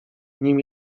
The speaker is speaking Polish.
nim